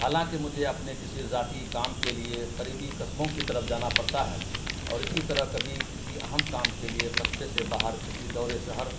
حالانکہ مجھے اپنے کسی ذاتی کام کے لیے قریبی قصبوں کی طرف جانا پڑتا ہے اور اسی طرح کبھی کسی اہم کام کے لیے قصبے سے باہر کسی دوسرے شہر